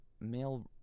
male